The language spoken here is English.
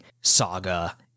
saga